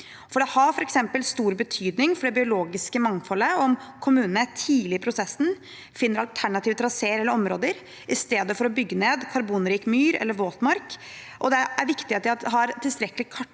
Det har f.eks. stor betydning for det biologiske mangfoldet om kommunene tidlig i prosessen finner alternative traseer eller områder i stedet for å bygge ned karbonrik myr eller våtmark, og det er viktig at de har kartlagt